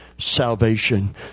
Salvation